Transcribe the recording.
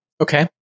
okay